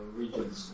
regions